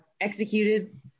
executed